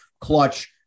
clutch